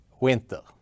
winter